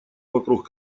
вокруг